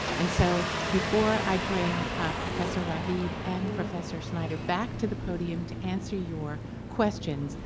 and so, before i bring professor ravid and professor schneider back to the podium to answer your questions,